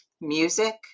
music